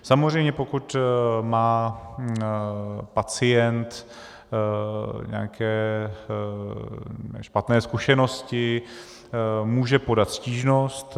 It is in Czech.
Samozřejmě pokud má pacient nějaké špatné zkušenosti, může podat stížnost.